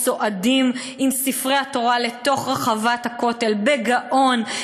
צועדים עם ספרי התורה לתוך רחבת הכותל בגאון,